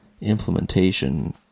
implementation